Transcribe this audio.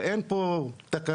ואין פה תקנה,